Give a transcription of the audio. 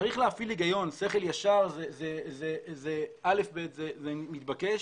צריך להפעיל היגיון, שכל ישר, זה א'-ב', זה מתבקש.